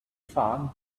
son